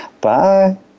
Bye